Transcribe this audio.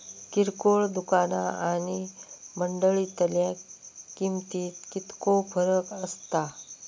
किरकोळ दुकाना आणि मंडळीतल्या किमतीत कितको फरक असता?